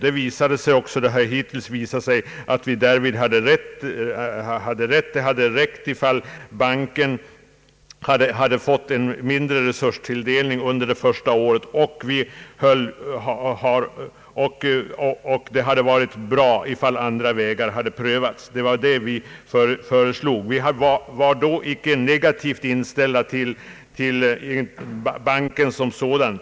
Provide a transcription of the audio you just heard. Det har också visat sig att vi därvid hade rätt; det hade räckt om banken hade fått mindre resurstilldelning under det första verksamhetsåret. Det hade varit bra om de vägar vi föreslog hade prövats. Vi var icke negativt inställda till banken som sådan.